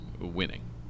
winning